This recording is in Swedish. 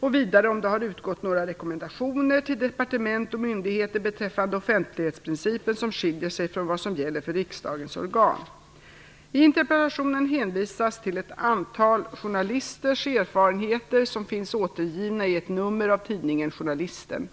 och vidare om det har utgått några rekommendationer till departement och myndigheter beträffande offentlighetsprincipen som skiljer sig från vad som gäller för riksdagens organ. I interpellationen hänvisas till ett antal journalisters erfarenheter, som finns återgivna i ett nummer av tidningen Journalisten.